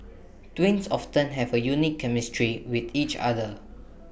twins often have A unique chemistry with each other